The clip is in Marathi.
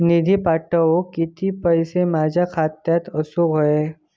निधी पाठवुक किती पैशे माझ्या खात्यात असुक व्हाये?